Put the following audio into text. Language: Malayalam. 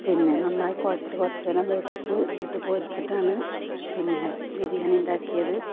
പിന്നെ നന്നായി കുഴച്ച് കുറച്ച് നേരം വെച്ച് എന്നിട്ട് പൊരിച്ചിട്ടാണ് പിന്നെ ബിരിയാണി ഉണ്ടാക്കിയത്